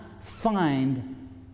find